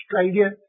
Australia